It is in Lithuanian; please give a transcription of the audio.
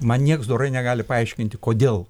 man nieks dorai negali paaiškinti kodėl